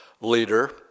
leader